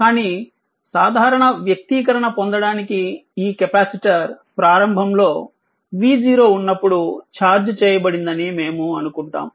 కానీ సాధారణ వ్యక్తీకరణ పొందడానికి ఈ కెపాసిటర్ ప్రారంభంలో v0 ఉన్నప్పుడు ఛార్జ్ చేయబడిందని మేము అనుకుందాము